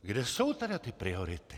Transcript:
Kde jsou tedy ty priority?